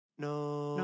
No